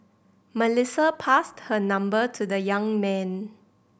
Melissa passed her number to the young man